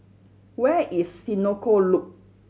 where is Senoko Loop